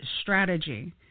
strategy